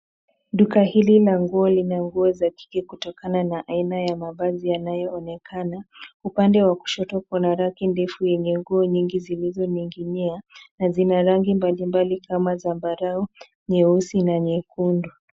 Duka hili la nguo lina nguo za kike kutokana na aina ya mavazi yanayoonekana. Upande wa kushoto kuna raki ndefu yenye nguo nyingi zilizoning'inia na zina rangi mbalimbali kama zambarau, nyeusi na nyekundu.